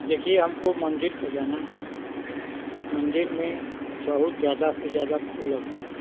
देखिए हमको मंदिर सजाना है मंदिर में बहुत ज़्यादा से ज़्यादा फूल लगेंगे